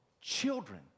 children